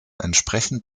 entsprechend